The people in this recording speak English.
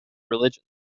religions